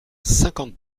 cinquante